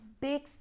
big